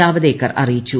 ജാവദേക്കർ അറിയിച്ചു